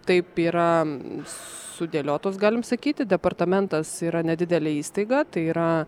taip yra sudėliotos galim sakyti departamentas yra nedidelė įstaiga tai yra